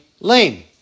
lame